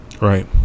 right